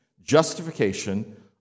justification